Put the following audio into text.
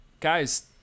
Guys